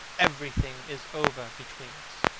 everything is over between us.